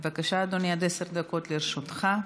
בבקשה, אדוני, עד עשר דקות לרשותך.